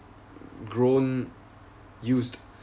grown used